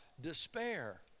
despair